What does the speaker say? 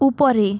উপরে